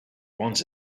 once